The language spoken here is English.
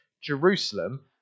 Jerusalem